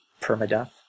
permadeath